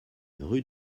rue